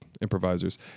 improvisers